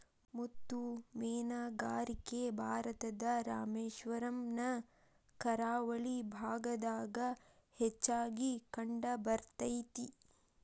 ಮುತ್ತು ಮೇನುಗಾರಿಕೆ ಭಾರತದ ರಾಮೇಶ್ವರಮ್ ನ ಕರಾವಳಿ ಭಾಗದಾಗ ಹೆಚ್ಚಾಗಿ ಕಂಡಬರ್ತೇತಿ